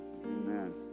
Amen